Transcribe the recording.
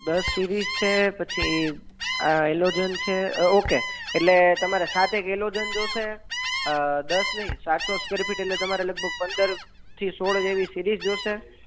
દસ સિરીજ છે પછી આ હેલોજન છે ઓકે એટલે તમારે સાતેક હેલોજન જોશે દસ નઈ સાતસો સ્કેવેર ફિટ એટલે તમારે લગભગ પંદરથી સોળ જેવી સિરીજ જોશે